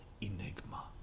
enigma